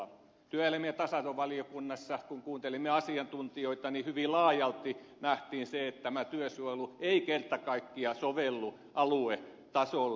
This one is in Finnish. työelämä ja tasa arvovaliokunnassa kun kuuntelimme asiantuntijoita hyvin laajalti nähtiin se että työsuojelu ei kerta kaikkiaan sovellu aluetasolle